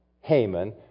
Haman